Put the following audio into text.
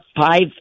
five